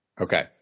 Okay